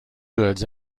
goods